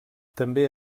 també